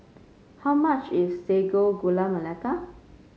how much is Sago Gula Melaka